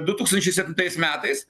du tūkstančiai septintais metais